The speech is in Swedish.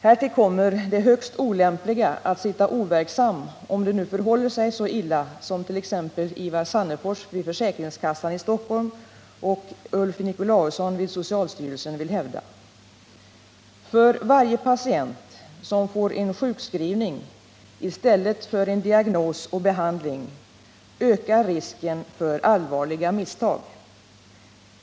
Härtill kommer det högst olämpliga att sitta overksam om det nu förhåller sig så illa som t.ex. Ivar Sannefors vid försäkringskassan i Stockholm och Ulf Nicolausson vid socialstyrelsen vill hävda. För varje patient som får en sjukskrivning i stället för diagnos och behandling ökar risken för allvarliga misstag.